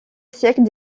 siècles